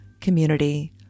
community